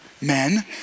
Men